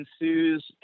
ensues